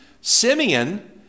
Simeon